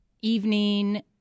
evening